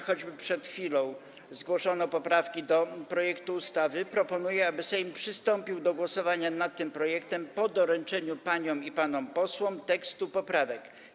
choćby przed chwilą, zgłoszono poprawki do projektu ustawy, proponuję, aby Sejm przystąpił do głosowania nad tym projektem po doręczeniu paniom i panom posłom tekstu poprawek.